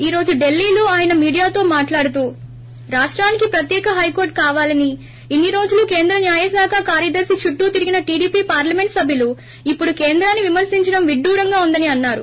ఈ రోజు ఢిల్ల్లో ఆయన మీడియాతో మాట్లాడుతూ రాష్టానికి ప్రత్యేక హైకోర్టు కావాలని ఇన్ని రోజులు కేంద్ర న్యాయశాఖ కార్యదర్శి చుట్టూ తిరిగిన టీడీపీ పార్లమెట్ సభ్యులు ఇప్పుడు కేంద్రాన్ని విమర్శించడం విడ్డూరంగా ఉందని అన్నారు